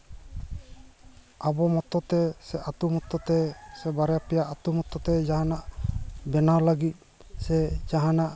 ᱟᱵᱚ ᱢᱚᱛᱚ ᱛᱮ ᱥᱮ ᱟᱛᱳ ᱢᱚᱛᱚ ᱛᱮ ᱥᱮ ᱵᱟᱨᱭᱟ ᱯᱮᱭᱟ ᱟᱛᱳ ᱢᱚᱛᱚ ᱛᱮ ᱡᱟᱦᱟᱱᱟᱜ ᱵᱮᱱᱟᱣ ᱞᱟᱹᱜᱤᱫ ᱥᱮ ᱡᱟᱦᱟᱱᱟᱜ